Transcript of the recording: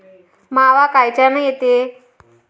मावा कायच्यानं येते?